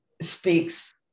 speaks